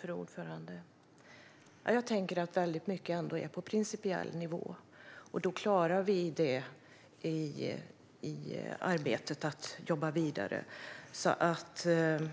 Fru talman! Jag tänker att väldigt mycket ändå är på principiell nivå, och då klarar vi att jobba vidare med